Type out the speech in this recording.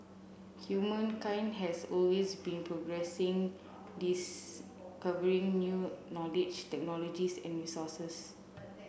humankind has always been progressing discovering new knowledge technologies and resources